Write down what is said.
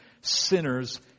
Sinners